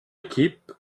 équipe